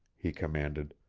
he commanded.